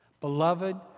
Beloved